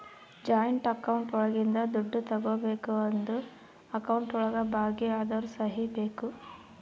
joint account ಒಳಗಿಂದ ದುಡ್ಡು ತಗೋಬೇಕು ಅಂದ್ರು ಅಕೌಂಟ್ ಒಳಗ ಭಾಗಿ ಅದೋರ್ ಸಹಿ ಬೇಕು